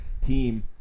team